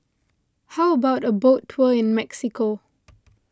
how about a boat tour in Mexico